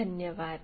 धन्यवाद